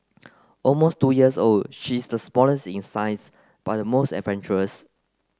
almost two years old she's the smallest in size but the most adventurous